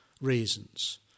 reasons